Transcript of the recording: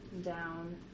down